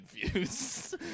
confused